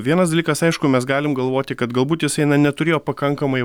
vienas dalykas aišku mes galim galvoti kad galbūt jisai na neturėjo pakankamai